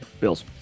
Bills